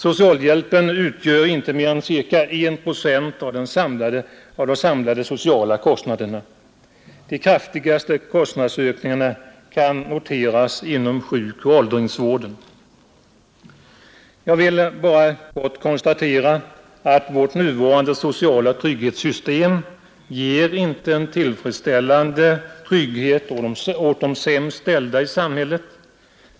Socialhjälpen utgör inte mer än ca 1 procent av de samlade sociala kostnaderna. De kraftigaste kostnadsökningarna kan noteras inom sjukoch åldringsvården. Jag vill bara kort konstatera att vårt nuvarande sociala trygghetssystem inte ger en tillfredsställande trygghet åt de sämst ställda i samhället.